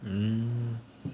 mm